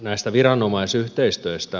näistä viranomaisyhteistöistä